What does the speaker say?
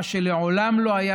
מה שלעולם לא היה,